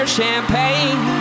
champagne